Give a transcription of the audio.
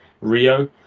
Rio